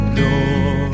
door